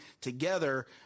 together –